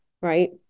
right